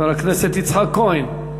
חבר הכנסת יצחק כהן,